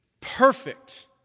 perfect